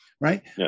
Right